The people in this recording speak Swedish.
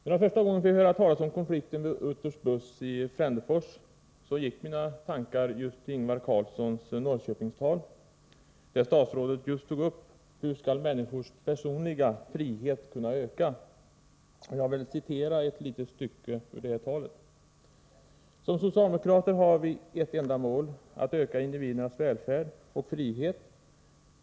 När jag första gången fick höra talas om konflikten vid Utters Buss i Frändefors gick mina tankar till Ingvar Carlssons Norrköpingstal. I det tog ju statsrådet upp hur människors personliga frihet skall kunna öka. Jag vill citera ett litet stycke ur detta tal: ”Som socialdemokrater har vi ett enda mål: Att öka individernas välfärd och frihet.